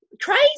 Crazy